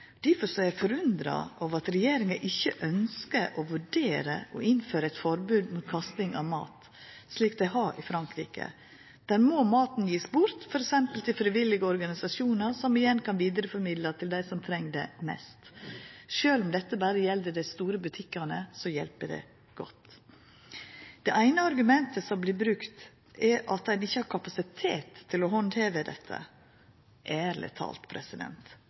så mykje mat som Frankrike. Difor er eg forundra over at regjeringa ikkje ønskjer å vurdera å innføra eit forbod mot kasting av mat, slik dei har i Frankrike. Der må maten verte gjeven bort, f.eks. til frivillige organisasjonar, som igjen kan vidareformidla til dei som treng det mest. Sjølv om dette gjeld berre dei store butikkane, hjelper det godt. Det eine argumentet som vert brukt, er at ein ikkje har kapasitet til å handtera dette. Ærleg talt,